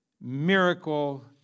miracle